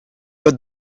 but